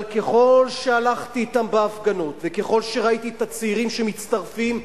אבל ככל שהלכתי אתם בהפגנות וככל שראיתי את הצעירים שמצטרפים,